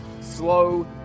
slow